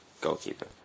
goalkeeper